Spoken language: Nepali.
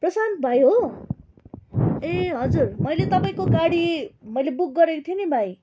प्रसान्त भाइ हो ए हजुर मैले तपाईँको गाडी मैले बुक गरेको थिएँ नि भाइ